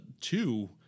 two